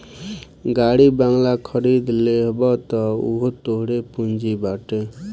गाड़ी बंगला खरीद लेबअ तअ उहो तोहरे पूंजी बाटे